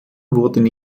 wurden